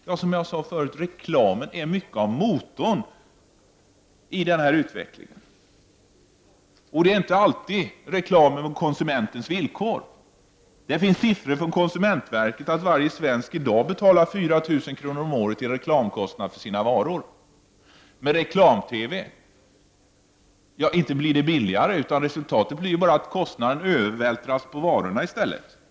Ja, som jag sade förut är reklam mycket av motorn i denna utveckling. Det är inte alltid reklam på konsumenternas villkor. Enligt siffror från konsumentverket betalar varje svensk i dag 4 000 kr. om året som reklamkostnader för sina varor. Inte blir det billigare med reklam-TV, utan resultatet blir att kostnaderna övervältras på varorna i stället.